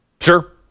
Sure